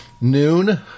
noon